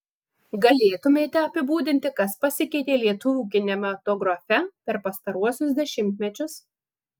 galėtumėte apibūdinti kas pasikeitė lietuvių kinematografe per pastaruosius dešimtmečius